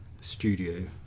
studio